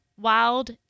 wild